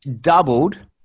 doubled